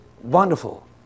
wonderful